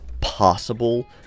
possible